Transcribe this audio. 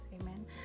amen